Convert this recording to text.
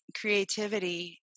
creativity